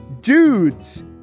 dudes